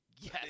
Yes